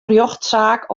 rjochtsaak